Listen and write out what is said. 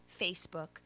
Facebook